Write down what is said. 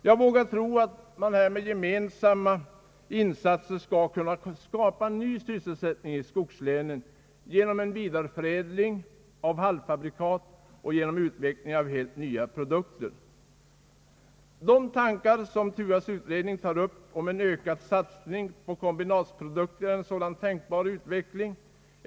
Jag vågar tro på att man här med gemensamma insatser skall kunna skapa ny sysselsättning i skogslänen genom en vidare förädling av halvfabrikat och genom utveckling av helt nya produkter. De tankar som TUA:s utredning tar upp om en ökad satsning på kombinationsprodukter är en sådan tänkbar utveckling.